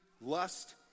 lust